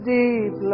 deep